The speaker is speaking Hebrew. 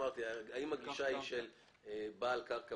האם הגישה היא שבעל הקרקע